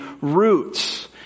roots